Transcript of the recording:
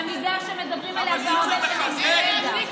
למידה שמדברים עליה כבר הרבה שנים.